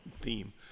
theme